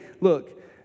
look